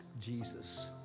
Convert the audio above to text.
Jesus